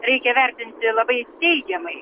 reikia vertinti labai teigiamai